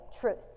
truth